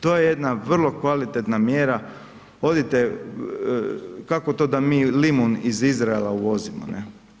To je jedna vrlo kvalitetna mjera, odite to, kako to da mi limun iz Izraela uvozimo ne.